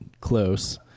close